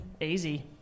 easy